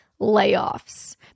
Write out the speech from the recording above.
layoffs